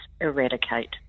eradicate